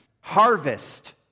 Harvest